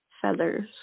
feathers